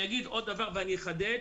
אני אגיד עוד דבר ואני אחדד,